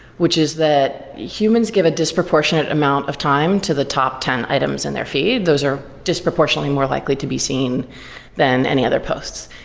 which is that humans give a disproportionate amount of time to the top ten items in their feed. those are disproportionately more likely to be seen than any other posts.